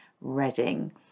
Reading